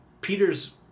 Peter's